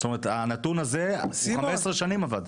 זאת אומרת הנתון הזה 15 שנים עבד.